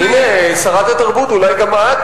הנה, שרת התרבות, אולי גם את